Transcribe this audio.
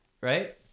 right